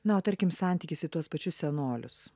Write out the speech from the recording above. na o tarkim santykis į tuos pačius senolius